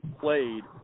played